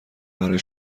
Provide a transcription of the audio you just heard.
برای